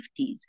50s